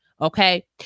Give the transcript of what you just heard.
Okay